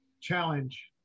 challenge